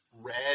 red